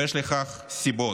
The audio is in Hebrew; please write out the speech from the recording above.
ויש לכך סיבות.